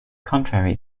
contrary